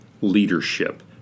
Leadership